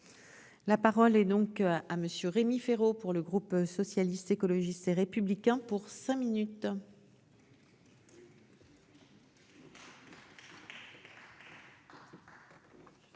La parole est donc à monsieur Rémi Féraud. Pour le groupe socialiste, écologiste et républicain pour cinq minutes.--